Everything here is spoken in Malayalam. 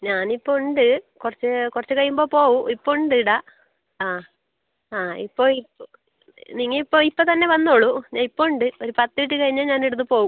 ഞാൻ ഇപ്പോൽ ഉണ്ട് കുറച്ച് കുറച്ച് കഴിയുമ്പോൾ പോവും ഇപ്പോൽ ഉണ്ട് ഇവിടെ ആ ആ ഇപ്പോൾ ഇപ്പോൾ നിങ്ങൾ ഇപ്പോൾ ഇപ്പം തന്നെ വന്നോളൂ ഇപ്പോൾ ഉണ്ട് ഒരു പത്ത് മിനിട്ട് കഴിഞ്ഞാൾ ഞാൻ ഇവിടുന്ന് പോവും